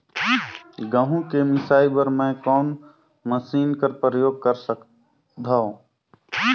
गहूं के मिसाई बर मै कोन मशीन कर प्रयोग कर सकधव?